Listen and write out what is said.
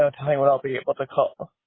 so tell me what i'll be able to call them.